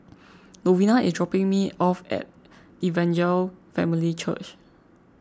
Lovina is dropping me off at Evangel Family Church